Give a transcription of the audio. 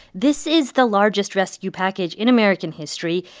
this is the largest rescue package in american history.